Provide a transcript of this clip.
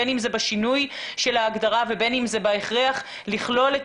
בין אם זה בשינוי של ההגדרה ובין אם זה בהכרח לכלול את